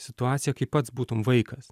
situaciją kai pats būtum vaikas